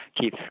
Keith